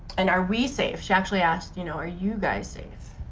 and are we safe, she actually asked, you know, are you guys safe?